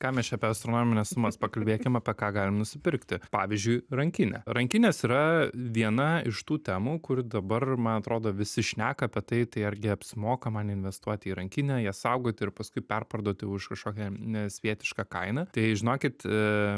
ką mes čia apie astronomines sumas pakalbėkim apie ką galim nusipirkti pavyzdžiui rankinę rankinės yra viena iš tų temų kur dabar man atrodo visi šneka apie tai tai argi apsimoka man investuoti į rankinę jie saugoti ir paskui perparduoti už kažkokią nesvietišką kainą tai žinokit